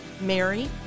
Mary